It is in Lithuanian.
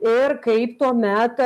ir kaip tuomet